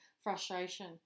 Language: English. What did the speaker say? frustration